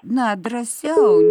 na drąsiau